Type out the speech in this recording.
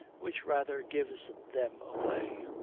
which rather gives them away.